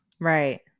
Right